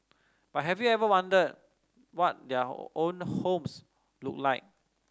but have you ever wondered what their own homes look like